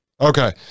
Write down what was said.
okay